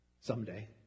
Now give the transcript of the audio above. someday